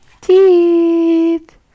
teeth